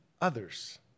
others